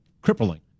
crippling